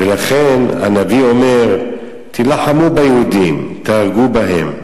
ולכן הנביא אומר: תילחמו ביהודים, תהרגו בהם.